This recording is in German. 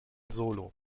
solo